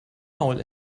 maul